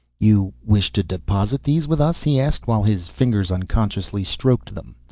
you. wish to deposit these with us? he asked while his fingers unconsciously stroked them.